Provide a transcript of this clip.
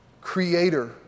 creator